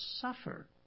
suffer